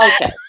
Okay